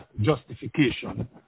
justification